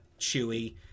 Chewie